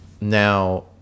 Now